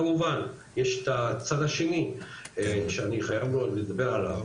כמובן יש את הצד השני שאני חייב לדבר עליו,